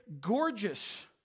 gorgeous